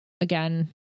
again